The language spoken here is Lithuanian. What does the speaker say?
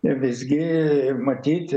visgi matyt